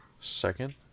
Second